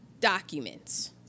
documents